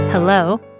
Hello